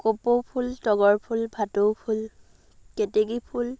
কপৌ ফুল তগৰ ফুল ভাটৌ ফুল কেতেকী ফুল